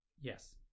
Yes